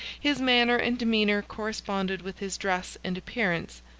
his manner and demeanor corresponded with his dress and appearance.